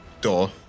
door